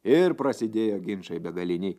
ir prasidėjo ginčai begaliniai